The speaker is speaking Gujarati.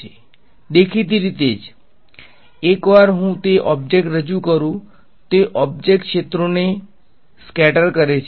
E બદલાઈ ગયો છે દેખીતી રીતે જ એકવાર હું તે ઓબ્જેક્ટ રજૂ કરું તે ઓબ્જેક્ટ ક્ષેત્રોને સ્કેટર કરે છે